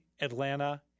Atlanta